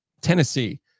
Tennessee